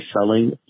selling